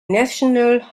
national